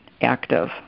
active